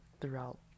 throughout